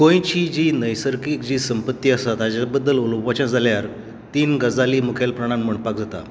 गोंयची जी नैसर्गीक जी संपत्ती आसा ताजे बद्दल उलोवपाचें जाल्यार तीन गजाली मुखेल प्रमाण म्हणपाक जाता